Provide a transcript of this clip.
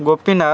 Gopinath